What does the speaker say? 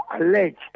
alleged